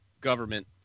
government